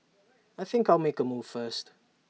I think I'll make A move first